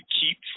keep